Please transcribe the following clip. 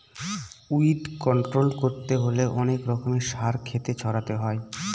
weed control করতে হলে অনেক রকমের সার ক্ষেতে ছড়াতে হয়